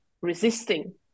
resisting